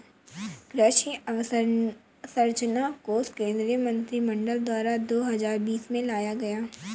कृषि अंवसरचना कोश केंद्रीय मंत्रिमंडल द्वारा दो हजार बीस में लाया गया